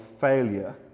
failure